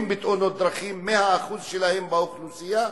בתאונות דרכים הוא פי-שניים מהאחוז שלהם באוכלוסייה,